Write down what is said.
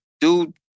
dude